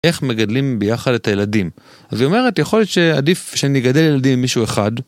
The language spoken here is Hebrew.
איך מגדלים ביחד את הילדים אז היא אומרת יכול להיות שעדיף שנגדל ילדים עם מישהו אחד